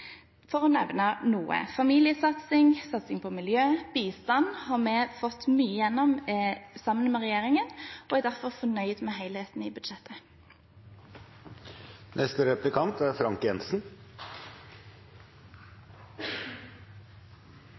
for å nevne noe. I familiesatsing og satsing på miljø og bistand har vi fått mye igjennom sammen med regjeringen, og vi er derfor fornøyd med helheten i